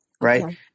Right